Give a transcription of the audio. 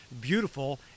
beautiful